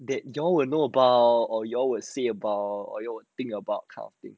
that you all will know about or you all will say about or you think about kind of thing